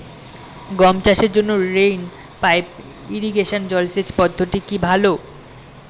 গম চাষের জন্য রেইন পাইপ ইরিগেশন জলসেচ পদ্ধতিটি কি ভালো?